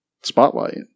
spotlight